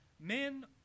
Men